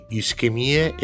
ischemie